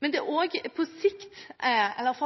men også for